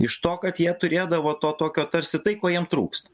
iš to kad jie turėdavo to tokio tarsi tai ko jiem trūksta